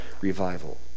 revival